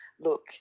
look